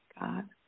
God